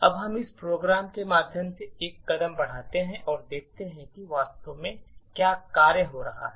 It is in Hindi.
अब हम इस प्रोग्राम के माध्यम से एक कदम बढ़ाते हैं और देखते हैं कि वास्तव में क्या कार्य हो रहा है